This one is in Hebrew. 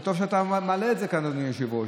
טוב שאתה מעלה את זה כאן, אדוני היושב-ראש.